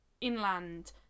inland